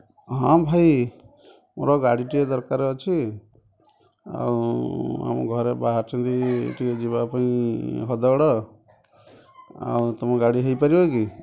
ହଁ ଭାଇ ମୋର ଗାଡ଼ିଟିଏ ଦରକାର ଅଛି ଆଉ ଆମ ଘରେ ବାହାରିଛନ୍ତି ଟିକେ ଯିବା ପାଇଁ ହଦଗଡ଼ ଆଉ ତୁମ ଗାଡ଼ି ହୋଇପାରିବ କି